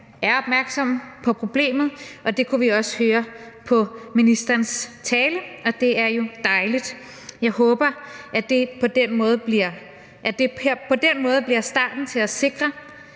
er opmærksom på problemet, og det kunne vi også høre på ministerens tale, og det er jo dejligt. Jeg håber, at det på den måde bliver starten til at sikre